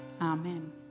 Amen